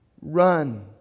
Run